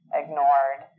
ignored